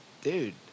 dude